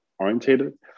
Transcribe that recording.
Orientated